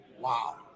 wow